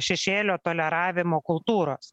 šešėlio toleravimo kultūros